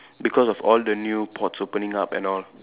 because of all the new ports opening up and all